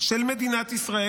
רשמית של מדינת ישראל.